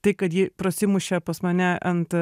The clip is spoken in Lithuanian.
tai kad ji prasimušė pas mane ant